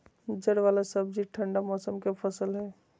जड़ वाला सब्जि ठंडा मौसम के फसल हइ